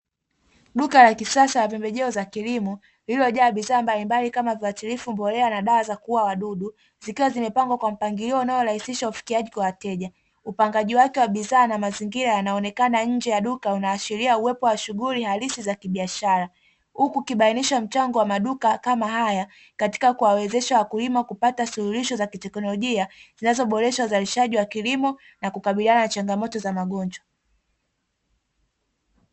Duka la kisasa pembejeo za kilimo lililojaa bidhaa mbalimbali kama viwatilifu, mbolea na dawa za kuwa wadudu zikiwa zimepangwa kwa mpangilio unaorahisisha ufikiaji kwa wateja upangaji wake wa bidhaa na mazingira yanaonekana nje ya duka; unaashiria uwepo wa shughuli halisi za kibiashara huku ukibainisha mchango wa maduka kama haya katika kuwawezesha wakulima, kupata suluhisho za kiteknolojia zinazoboreshwa uzalishaji wa kilimo na kukabiliana na changamoto za magonjwa.